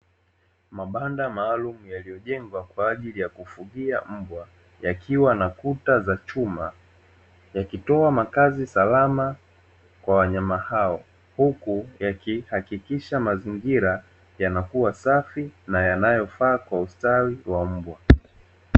Mabanda maalum yaliyojengwa kwa ajili ya kufugia mbwa, yakiwa na kuta za chuma, yakitoa makazi salama kwa wanayama hao, huku yakihakikisha mazingira yanakua safi na yanayofaa kwa ustawi wa mbwa.